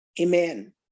Amen